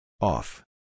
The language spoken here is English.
Off